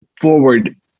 forward